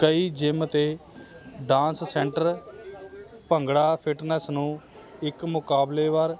ਕਈ ਜਿੰਮ ਅਤੇ dance centre bhangra fitness ਨੂੰ ਇੱਕ ਮੁਕਾਬਲੇ ਵਾਰ